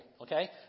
Okay